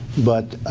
but,